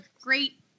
great